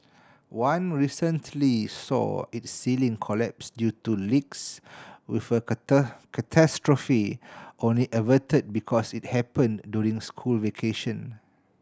one recently saw its ceiling collapse due to leaks with a catastrophe only averted because it happened during school vacation